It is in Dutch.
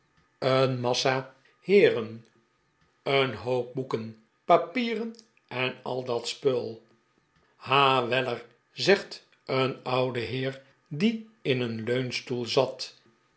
een massa heeren een hoop boeken papieren en al dat spul ha weller zegt een oude heer die in een leunstoel zat